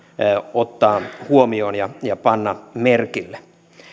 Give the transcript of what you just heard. ottaa huomioon ja ja panna merkille